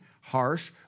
harsh